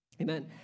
Amen